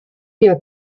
her